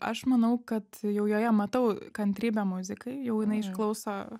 aš manau kad jau joje matau kantrybę muzikai jau jinai išklauso